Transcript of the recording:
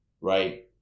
Right